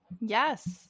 Yes